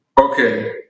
okay